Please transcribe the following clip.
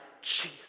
Jesus